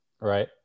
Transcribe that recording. Right